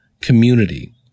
community